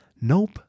Nope